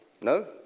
No